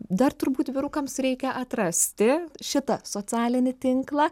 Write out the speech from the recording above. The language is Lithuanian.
dar turbūt vyrukams reikia atrasti šitą socialinį tinklą